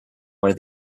where